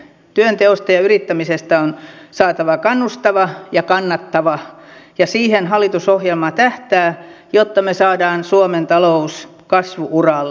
työnteosta ja yrittämisestä on saatava kannustavaa ja kannattavaa ja siihen hallitusohjelma tähtää jotta me saamme suomen talouden kasvu uralle